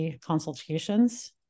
consultations